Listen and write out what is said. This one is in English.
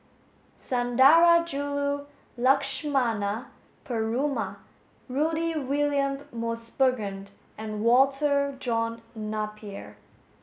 Sundarajulu Lakshmana Perumal Rudy William Mosbergen and Walter John Napier